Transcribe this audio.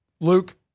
Luke